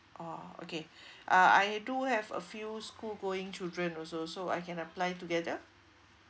orh okay uh I do have a few school going children also so I can apply together